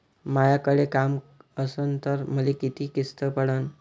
मायाकडे काम असन तर मले किती किस्त पडन?